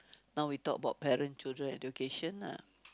now we talk about parents children education ah